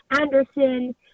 Anderson